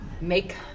make